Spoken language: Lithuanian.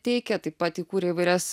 teikia taip pat įkūrė įvairias